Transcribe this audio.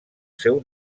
seu